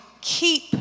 keep